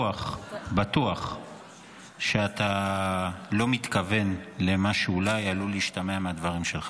אתה יכול להתחנן לממשלה שתעביר ולא מעבירים.